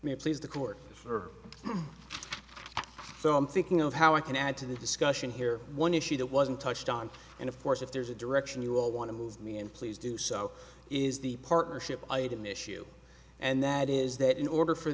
may please the court for so i'm thinking of how i can add to the discussion here one issue that wasn't touched on and of course if there's a direction you all want to move me in please do so is the partnership i had an issue and that is that in order for